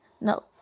no